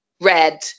red